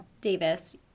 Davis